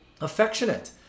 affectionate